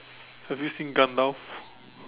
have you seen Gandalf